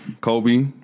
Kobe